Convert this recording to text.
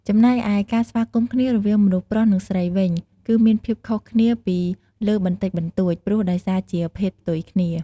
ចំណែកឯការស្វាគមន៍គ្នារវាងមនុស្សប្រុស និង មនុស្សស្រីវិញ គឺមានភាពខុសគ្នាពីលើបន្តិចបន្ដួច ព្រោះដោយសារជា ភេទផ្ទុយគ្នា។